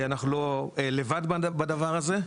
אנחנו לא לבד בדבר הזה,